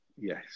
Yes